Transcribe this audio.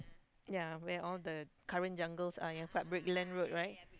ya where all the current jungles are yang dekat Brickland-Road right